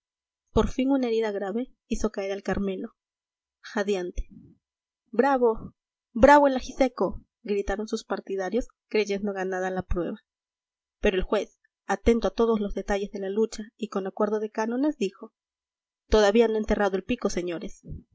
por fin una herida grave hizo caer al carmelo jadeante bravo bravo el ajiseco gritaron sus partidarios creyendo ganada la prueba pero el juez atento a todos los detalles de la lucha y con acuerdo de cánones dijo todavía no ha enterrado el pico señores